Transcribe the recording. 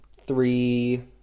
three